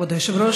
כבוד היושב-ראש,